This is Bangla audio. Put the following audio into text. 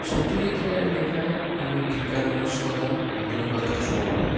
সত্যজিৎ রায়ের লেখায় আমি বিজ্ঞানমনস্কতা আধুনিকতার ছোঁয়া পাই